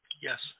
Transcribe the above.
Yes